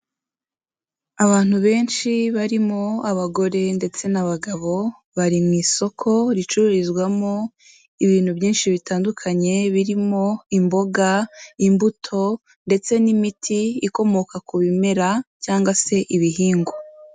Abantu benshi barimo abagore ndetse n'abagabo, bari mu isoko ricururizwamo ibintu byinshi bitandukanye, birimo imboga, imbuto ndetse n'imiti ikomoka ku bimera cyangwa se ibihingwa.